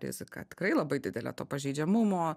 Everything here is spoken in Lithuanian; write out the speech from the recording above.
riziką tikrai labai didelę to pažeidžiamumo